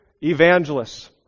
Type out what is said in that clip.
evangelists